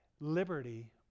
liberty